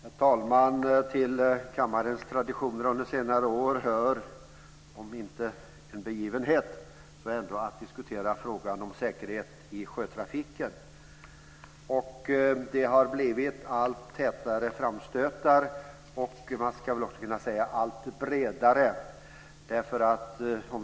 Herr talman! Till kammarens traditioner under senare år hör om inte en begivenhet så ändå en diskussion i frågan om säkerhet i sjötrafiken. Det har gjorts allt tätare och man skulle också kunna säga allt bredare framstötar.